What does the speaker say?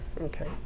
okay